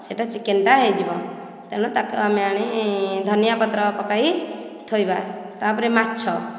ସେଇଟା ଚିକେନ୍ ଟା ହୋଇଯିବ ତାହେଲେ ତାକୁ ଆମେ ଆଣି ଧନିଆ ପତ୍ର ପକାଇ ଥୋଇବା ତାପରେ ମାଛ